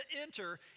enter